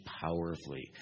powerfully